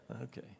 Okay